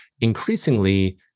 increasingly